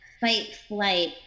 fight-flight